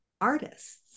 artists